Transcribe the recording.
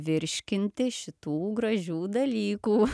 virškinti šitų gražių dalykų